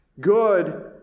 Good